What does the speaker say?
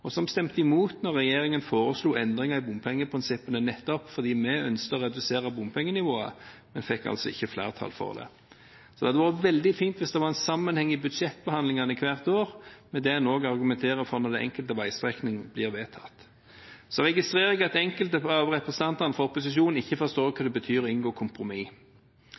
og som stemte imot da regjeringen foreslo endringer i bompengeprinsippene, nettopp fordi vi ønsket å redusere bompengenivået, men fikk altså ikke flertall for det. Det hadde vært veldig fint hvis det var en sammenheng i budsjettbehandlingene hvert år med det en også argumenterer for når den enkelte veistrekningen blir vedtatt. Jeg registrerer at enkelte av representantene fra opposisjonen ikke forstår hva det betyr å inngå kompromiss.